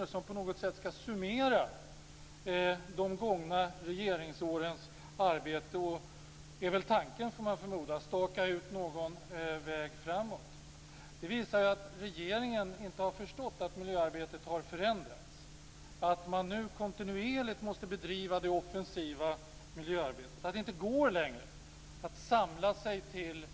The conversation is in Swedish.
Det summerar på något sätt de gångna regeringsårens arbete. Tanken är väl, får man förmoda, att staka ut någon väg framåt. Det visar att regeringen inte har förstått att miljöarbetet har förändrats, att man nu kontinuerligt måste bedriva det offensiva miljöarbetet, att det inte längre går att samla sig till